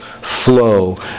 flow